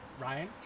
Ryan